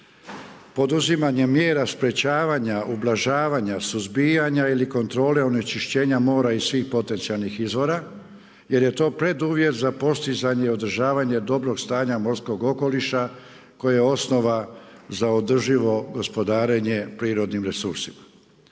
poduzimanje mjera sprečavanja, ublažavanja, suzbijanja ili kontrole onečišćenja mora i svih potencijalni izvora jer je to preduvjet za postizanje i održavanje dobrog stanja morskog okoliša koje je osnova za održivo gospodarenje prirodnim resursima.